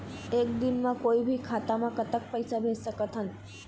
एक दिन म कोई भी खाता मा कतक पैसा भेज सकत हन?